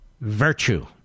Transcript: virtue